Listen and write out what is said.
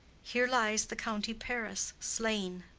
here lies the county paris slain